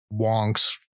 wonks